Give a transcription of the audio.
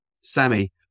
Sammy